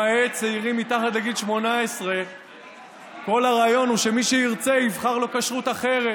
למעט צעירים מתחת לגיל 18. כל הרעיון הוא שמי שירצה יבחר לו כשרות אחרת